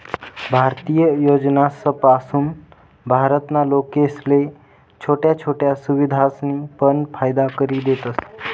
भारतीय योजनासपासून भारत ना लोकेसले छोट्या छोट्या सुविधासनी पण फायदा करि देतस